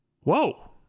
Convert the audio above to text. Whoa